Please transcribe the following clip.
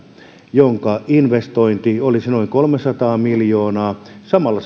jonka investointi olisi noin kolmesataa miljoonaa samalla